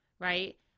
right